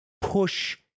push